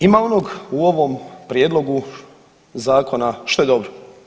Ima onog u ovom prijedlogu Zakona što je dobro.